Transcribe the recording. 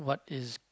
is